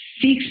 six